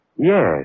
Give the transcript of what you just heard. Yes